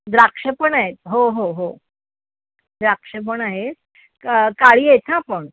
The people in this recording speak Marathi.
द्राक्षं पण आहेत हो हो हो द्राक्षं पण आहेत क काळी आहेत हां पण